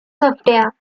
software